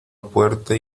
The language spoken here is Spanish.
puerta